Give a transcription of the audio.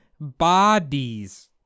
bodies